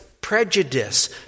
Prejudice